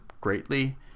greatly